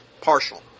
Partial